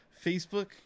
Facebook